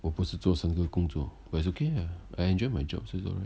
我不是做三个工作 but it's okay yeah I enjoy my jobs so it's alright